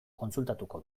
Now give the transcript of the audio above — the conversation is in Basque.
kontsultatuko